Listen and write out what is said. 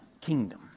kingdom